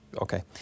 okay